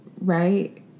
right